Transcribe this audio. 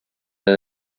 and